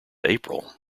april